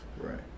right